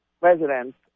residents